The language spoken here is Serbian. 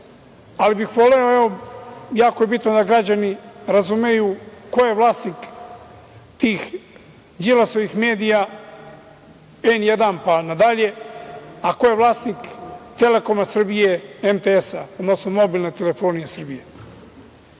ali bih voleo da čujemo, i jako je bitno da građani razumeju, ko je vlasnik tih Đilasovih medija, N1 pa nadalje, a ko je vlasnik „Telekoma Srbije“, MTS-a, odnosno Mobilne telefonije Srbije. Vlasnik